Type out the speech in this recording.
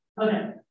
Okay